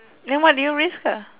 then what do you risk ah